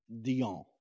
Dion